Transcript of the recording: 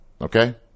okay